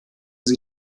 sie